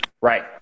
Right